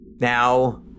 now